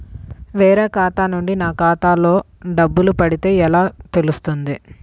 వేరే ఖాతా నుండి నా ఖాతాలో డబ్బులు పడితే ఎలా తెలుస్తుంది?